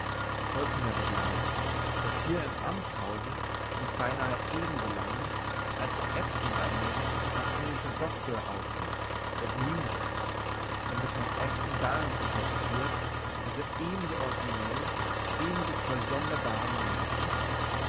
sollten sie aber glauben daß hier im amtshause sich beinahe ebenso lange als herr ewson bei mir ist ein englischer doktor aufhält der green heißt und mit herrn ewson darin sympathisiert daß er ebenso originell ebenso voll sonderbaren humors ist